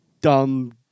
dumb